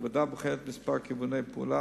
הוועדה בוחנת כמה כיווני פעולה,